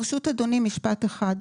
ברשות אדוני משפט אחד.